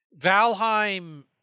Valheim